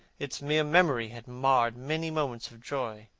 its mere memory had marred many moments of joy.